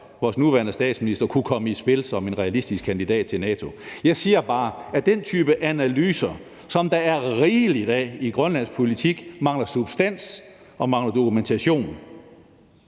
vores nuværende statsminister kunne komme i spil som en realistisk kandidat til NATO-posten. Jeg siger bare, at den type analyser, som der er rigeligt af i grønlandsk politik, mangler substans og mangler dokumentation.